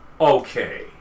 Okay